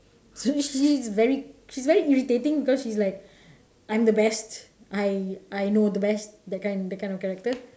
so she's very she's very irritating because she is like I am the best I I know the best that kind that kind of character